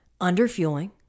under-fueling